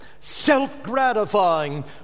Self-gratifying